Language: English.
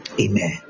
Amen